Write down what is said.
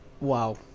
Wow